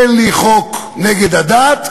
תן לי חוק נגד הדת,